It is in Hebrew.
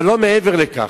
אבל לא מעבר לכך.